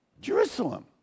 Jerusalem